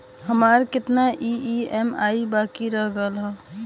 हमार कितना ई ई.एम.आई बाकी रह गइल हौ?